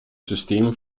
system